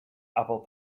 apple